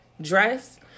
dress